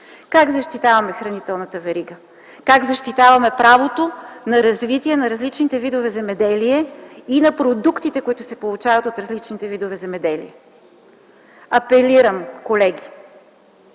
Как защитаваме хранителната верига? Как защитаваме правото на развитие на различните видове земеделие и на продуктите, които се получават от различните видове земеделие? Колеги,